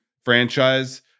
franchise